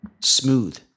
Smooth